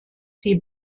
sie